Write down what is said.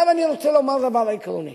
אני רוצה לומר דבר עקרוני.